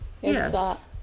Yes